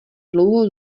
dlouho